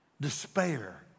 despair